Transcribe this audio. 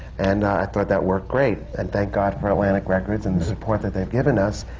and i thought that worked great. and thank god for atlantic records and the support that they've given us,